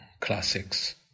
classics